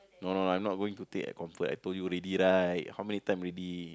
no no I'm going to take at Comfort I told you already right how many time already